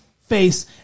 face